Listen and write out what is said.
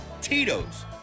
Tito's